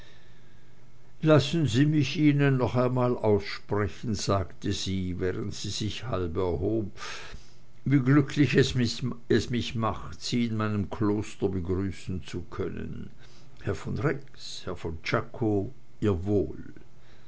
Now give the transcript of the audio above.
lassen sie mich ihnen noch einmal aussprechen sagte sie während sie sich halb erhob wie glücklich es mich macht sie in meinem kloster begrüßen zu können herr von rex herr von czako